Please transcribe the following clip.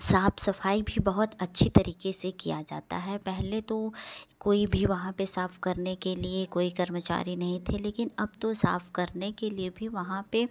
साफ सफाई भी बहुत अच्छे तरीके से किया जाता है पहले तो कोई भी वहाँ पे साफ करने के लिए कोई कर्मचारी नहीं थे लेकिन अब तो साफ करने के लिए भी वहाँ पे